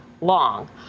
long